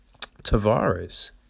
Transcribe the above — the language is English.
Tavares